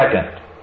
Second